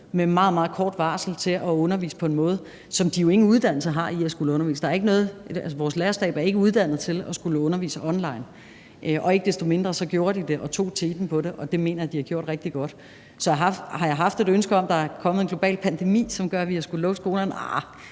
meget kort varsel til at undervise på en måde, som de jo ingen uddannelse har i. Vores lærerstab er ikke uddannet til at skulle undervise online, men ikke desto mindre gjorde de det og tog teten. Det mener jeg at de har gjort rigtig godt. Så har jeg haft et ønske om, at der skulle komme en global pandemi, som ville betyde, at vi skulle lukke skolerne?